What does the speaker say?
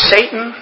Satan